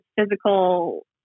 physical